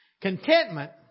contentment